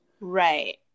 Right